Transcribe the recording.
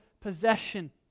possession